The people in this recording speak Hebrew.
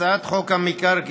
הצעת חוק המקרקעין